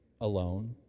alone